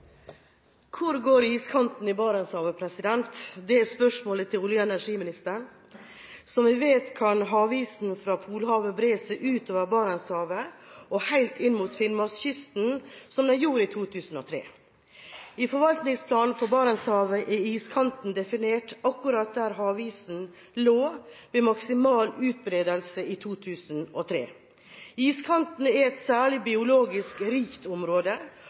spørsmålet til olje- og energiministeren. Som vi vet, kan havisen fra polhavet bre seg utover Barentshavet og helt inn mot Finnmarkskysten, som den gjorde i 2003. I forvaltningsplanen for Barentshavet er iskanten definert akkurat der havisen lå ved maksimal utbredelse i 2003. Iskanten er et særlig biologisk rikt område